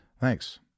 Thanks